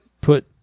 put